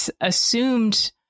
assumed